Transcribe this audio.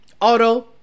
Auto